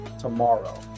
tomorrow